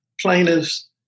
plaintiffs